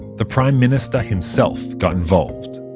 the prime minister himself got involved.